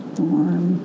warm